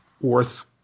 worth